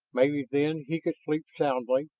maybe then he could sleep soundly,